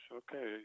okay